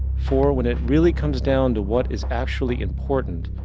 for when it really comes down to what is actually important,